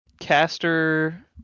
caster